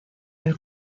del